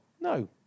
No